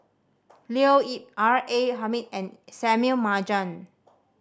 Leo Yip R A Hamid and Marjan